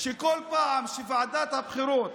בכל פעם שוועדת הבחירות